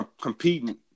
competing